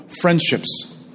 Friendships